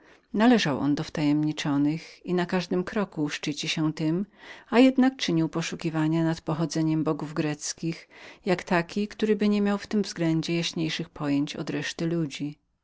należał do naszych tajemnic i za każdym krokiem szczyci się tem a jednak czynił poszukiwania nad pochodzeniem bogów greckich jak taki któryby nie miał w tym względzie jaśniejszych pojęć od reszty ludzi